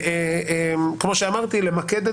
כמו שאמרתי, למקד את